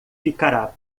ficará